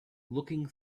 looking